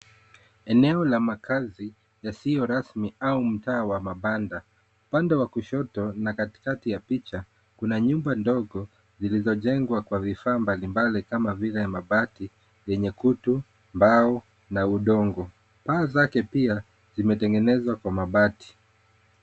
Eneo la makazi yasiyo rasmi au mtaa wa mabanda. Upande wa kushoto na katikati ya picha kuna nyumba ndogo zilizojengwa kwa vifaa mbalimbali kama vile mabati vyenye kutu, mbao na udongo. Paa zake pia zimetegenzwa kwa mabati.